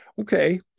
Okay